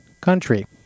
country